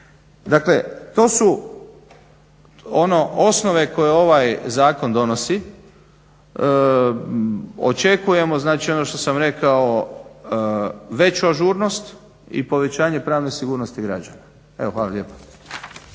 Dakle to su osnove koje ovaj zakon donosi. Očekujemo znači ono što sam rekao veću ažurnost i povećanje pravne sigurnosti građana. Hvala lijepa.